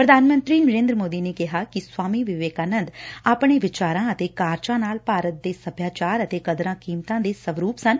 ਪੁਧਾਨ ਮੰਤਰੀ ਨਰੇਂਦਰ ਮੋਦੀ ਨੇ ਕਿਹਾ ਕਿ ਸਵਾਮੀ ਵਿਵੇਕਾਨੰਦ ਆਪਣੇ ਵਿਚਾਰਾਂ ਅਤੇ ਕਾਰਜਾਂ ਨਾਲ ਭਾਰਤ ਦੇ ਸਭਿਆਚਾਰ ਅਤੇ ਕਦਰਾ ਕੀਮਤਾ ਦੇ ਸਵਰੁਪ ਸਨ